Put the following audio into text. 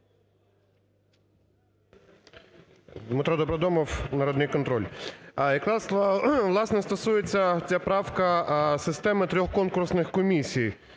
Дмитро Добродомов, "Народний контроль". Якраз, власне, стосується ця правка системи трьох конкурсних комісій,